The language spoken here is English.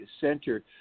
center